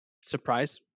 surprise